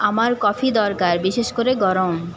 আমার কফি দরকার বিশেষ করে গরম